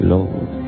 Lord